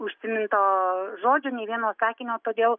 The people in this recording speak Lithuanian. užsiminto žodžio nei vieno sakinio todėl